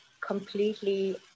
completely